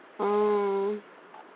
oh